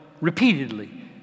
repeatedly